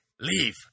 leave